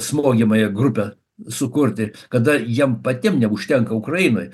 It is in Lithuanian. smogiamąją grupę sukurti kada jiem patiem neužtenka ukrainoj